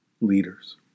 leaders